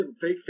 fake